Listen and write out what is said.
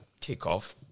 kickoff